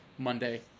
Monday